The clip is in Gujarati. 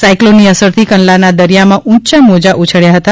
સાયકલોનની અસરથી કંડલાના દરિયામાં ઉંચા મોજાં ઉછબ્યા હતા